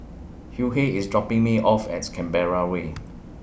Hughey IS dropping Me off At Canberra Way